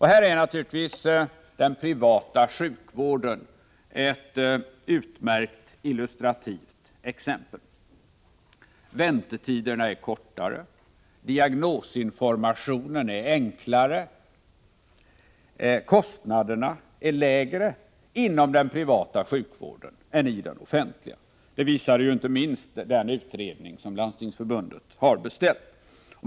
Här är naturligtvis den privata sjukvården ett utmärkt, illustrativt exempel; väntetiderna är kortare, diagnosinformationen är enklare och kostnaderna är lägre inom den privata sjukvården än i den offentliga — det visar inte minst den utredning som Landstingsförbundet har beställt.